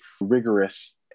rigorous